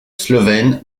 slovène